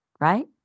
Right